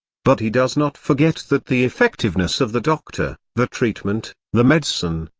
but he does not forget that the effectiveness of the doctor, the treatment, the medicine,